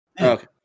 okay